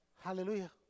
Hallelujah